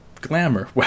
glamour